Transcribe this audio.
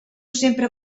sempre